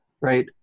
right